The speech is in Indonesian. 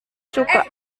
suka